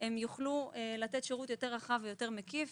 כך הן יוכלו לתת שירות רחב ומקיף יותר.